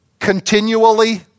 continually